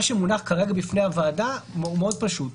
מה שמונח כרגע בפני הוועדה הוא פשוט מאוד,